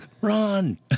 Run